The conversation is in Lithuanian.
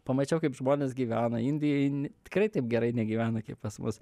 pamačiau kaip žmonės gyvena indijoj n tikrai taip gerai negyvena kaip pas mus